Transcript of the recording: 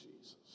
Jesus